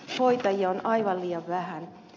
hoitajia on aivan liian vähän